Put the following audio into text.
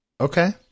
Okay